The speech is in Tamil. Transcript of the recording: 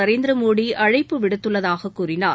நரேந்திரமோடிஅழைப்பு விடுத்துள்ளதாககூறினார்